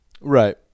right